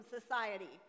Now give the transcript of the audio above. society